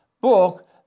book